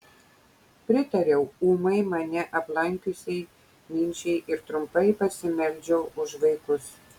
pritariau ūmai mane aplankiusiai minčiai ir trumpai pasimeldžiau už vaikus